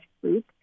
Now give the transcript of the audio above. group